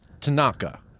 tanaka